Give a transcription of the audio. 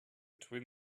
twin